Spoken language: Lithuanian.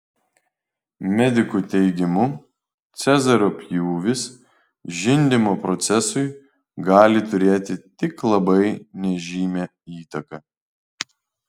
medikų teigimu cezario pjūvis žindymo procesui gali turėti tik labai nežymią įtaką